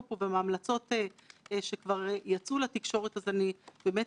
אנחנו לוקחים על עצמנו לנסות לדאוג שהדברים האלה באמת